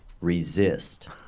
resist